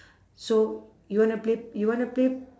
so you want to play you want to play